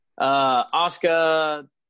Oscar